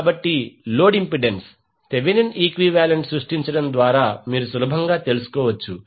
కాబట్టి load impedance Thevenin equivalent సృష్టించడం ద్వారా మీరు సులభంగా తెలుసుకోవచ్చు